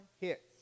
hits